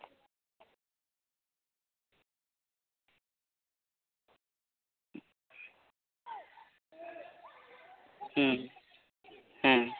ᱦᱩᱸ ᱦᱩᱸ